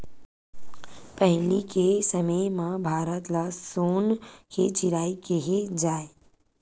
पहिली के समे म भारत ल सोन के चिरई केहे जाए